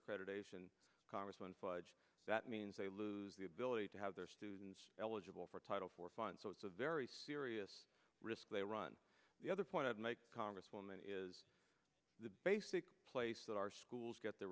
accreditation congressman fudge that means they lose the ability to have their students eligible for title for fun so it's a very serious risk they run the other point to make congresswoman is the basic place that our schools get the